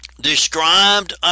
Described